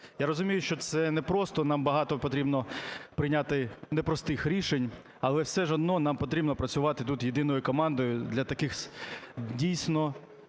Я розумію, що це не просто, нам багато потрібно прийняти непростих рішень, але все ж одно нам потрібно працювати тут єдиною командою для таких дійсно